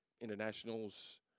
internationals